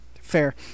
Fair